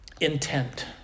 intent